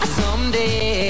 someday